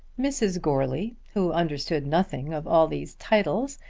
mrs. goarly who understood nothing of all these titles,